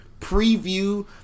preview